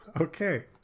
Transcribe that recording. Okay